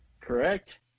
Correct